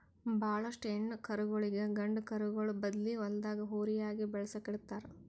ಭಾಳೋಷ್ಟು ಹೆಣ್ಣ್ ಕರುಗೋಳಿಗ್ ಗಂಡ ಕರುಗೋಳ್ ಬದ್ಲಿ ಹೊಲ್ದಾಗ ಹೋರಿಯಾಗಿ ಬೆಳಸುಕ್ ಇಡ್ತಾರ್